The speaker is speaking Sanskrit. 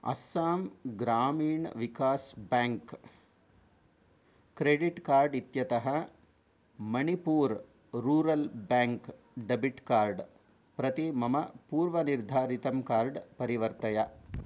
Assam Gramin Vikash bank credit card इत्यतः Manipur rural bank debit card प्रति मम पूर्वनिर्धारितं कार्ड् परिवर्तय